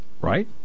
right